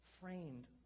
framed